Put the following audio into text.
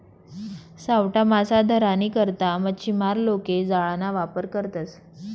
सावठा मासा धरानी करता मच्छीमार लोके जाळाना वापर करतसं